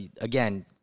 again